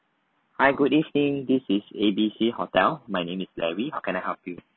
hi good evening this is A B C hotel my name is larry how can I help you